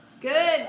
Good